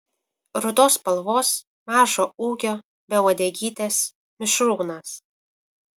rudos spalvos mažo ūgio be uodegytės mišrūnas